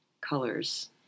colors